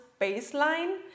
baseline